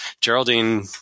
Geraldine